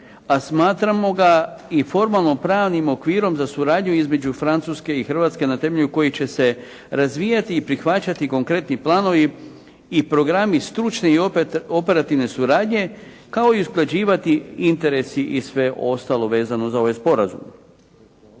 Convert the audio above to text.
a smatramo ga i formalno pravnim okvirom za suradnju između Francuske i Hrvatske na temelju kojih će se razvijati i prihvaćati konkretni planovi i programi stručni i operativne suradnje kao i usklađivati interesi i sve ostalo vezano za ovaj sporazum.